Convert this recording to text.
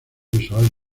visual